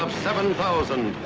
um seven thousand,